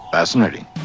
Fascinating